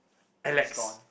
Alex